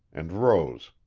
and rose.